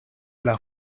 laŭ